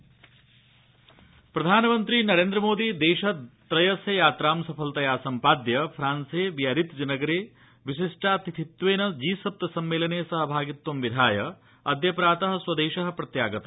प्रधानमन्त्री जी सप्त यात्रा प्रधानमन्त्री नरेन्द्रमोदी देशत्रयस्य यत्रां सफलतया सम्पाद्य फ्रांसे बियारित्ज नगरे विशिटातिथित्वेन जी सप्त सम्मेलने सहभागित्वं विधाय अद्य प्रात स्वदेश प्रत्यागत